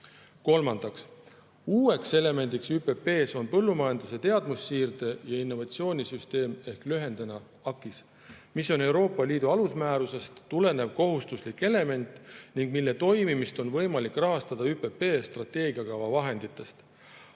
Kolmandaks, uueks elemendiks ÜPP‑s on põllumajanduse teadmussiirde‑ ja innovatsioonisüsteem AKIS, mis on Euroopa Liidu alusmäärusest tulenev kohustuslik element ning mille toimimist on võimalik rahastada ÜPP strateegiakava vahenditest.